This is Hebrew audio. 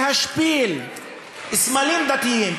להשפיל סמלים דתיים,